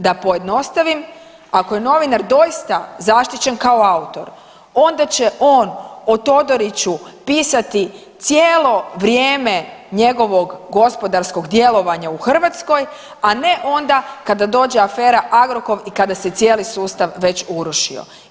Da pojednostavim, ako je novinar doista zaštićen kao autor onda će on o Todoriću pisati cijelo vrijeme njegovog gospodarskog djelovanja u Hrvatskoj, a ne onda kada dođe afera Agrokor i kada se cijeli sustav već urušio.